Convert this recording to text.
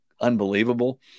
unbelievable